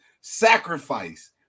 sacrifice